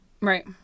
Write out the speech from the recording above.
right